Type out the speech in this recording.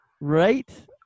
Right